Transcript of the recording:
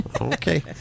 Okay